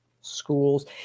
schools